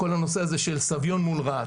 כל הנושא של סביון מול רהט.